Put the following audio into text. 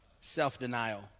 Self-denial